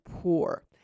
poor